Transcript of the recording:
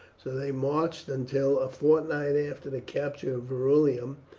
so they marched until, a fortnight after the capture of verulamium,